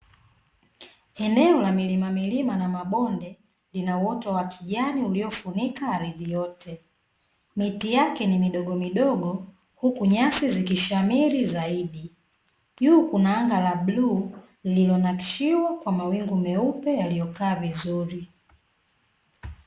Eneo la milimamilima na mabonde, linauoto wakijani uliofunika ardhi yote. Miti yake ni midogomidogo, huku nyasi zikishamiri zaidi. Juu kuna anga la bluu lililonakshiwa kwa mawingu meupe yaliyokaa vizuri.